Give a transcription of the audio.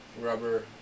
Rubber